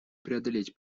преодолеть